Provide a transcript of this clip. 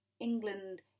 England